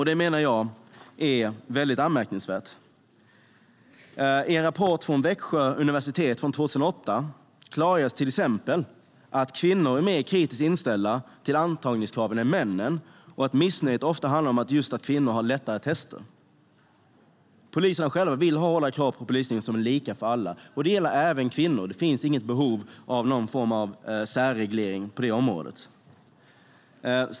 Det menar jag är väldigt anmärkningsvärt.I en rapport från Växjö universitet från 2008 klargörs till exempel att kvinnor är mer kritiskt inställda till antagningskraven än männen och att missnöjet ofta handlar om just att kvinnor har lättare tester. Poliserna själva vill ha hårda krav på polisutbildningen, lika för alla. Det gäller även kvinnor. Det finns inte något behov av någon form av särreglering på det området.